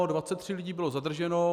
23 lidí bylo zadrženo.